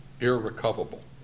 irrecoverable